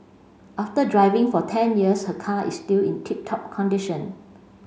after driving for ten years her car is still in tip top condition